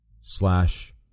slash